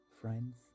friends